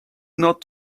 not